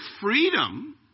freedom